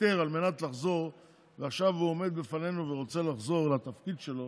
מתפטר על מנת לחזור ועכשיו הוא עומד בפנינו ורוצה לחזור לתפקיד שלו,